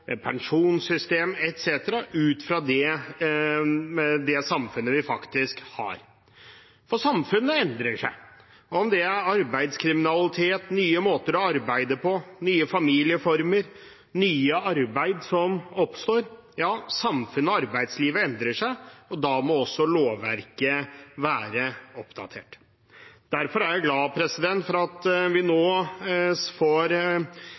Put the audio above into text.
pensjonssystem etc. – ut fra det samfunnet vi faktisk har. For samfunnet endrer seg – enten det er arbeidslivskriminalitet, nye måter å arbeide på, nye familie- og arbeidsformer som oppstår. Samfunnet og arbeidslivet endrer seg, og da må også lovverket være oppdatert. Derfor er jeg glad for at vi nå får